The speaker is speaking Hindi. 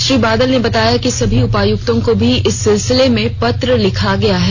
श्री बादल ने बताया कि सभी उपायुक्तों को भी इस सिलसिले में पत्र लिखा गया है